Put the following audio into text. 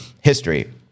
history